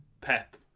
Pep